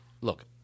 look